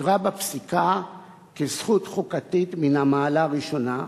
שהוכרה בפסיקה כזכות חוקתית מן המעלה הראשונה,